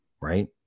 Right